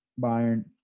Bayern